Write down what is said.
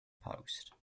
post